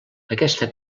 aquesta